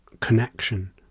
connection